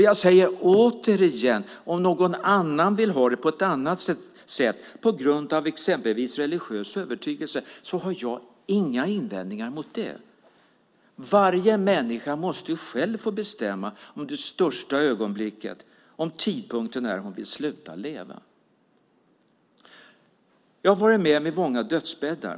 Jag säger återigen att om någon annan vill ha det på ett annat sätt på grund av exempelvis religiös övertygelse har jag inga invändningar mot det. Varje människa måste själv få bestämma om det största ögonblicket: tidpunkten när hon vill sluta leva. Jag har varit med vid många dödsbäddar.